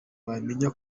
bamenya